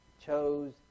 chose